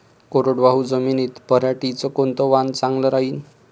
कोरडवाहू जमीनीत पऱ्हाटीचं कोनतं वान चांगलं रायीन?